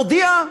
הודיעה?